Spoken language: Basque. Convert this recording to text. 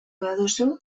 baduzu